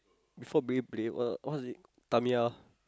before Beyblade what was it Tamiya